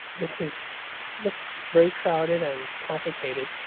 this is looks very crowded and complicated,